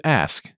ask